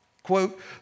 Quote